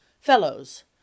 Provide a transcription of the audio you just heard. Fellows